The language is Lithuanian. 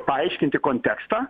paaiškinti kontekstą